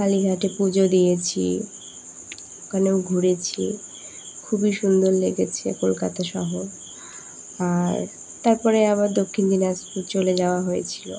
কালীঘাটে পুজো দিয়েছি ওখানেও ঘুরেছি খুবই সুন্দর লেগেছে কলকাতা শহর আর তারপরে আবার দক্ষিণ দিনাজপুর চলে যাওয়া হয়েছিলো